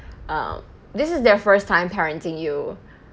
um this is their first time parenting you